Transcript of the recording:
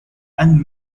and